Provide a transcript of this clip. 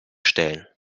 stellen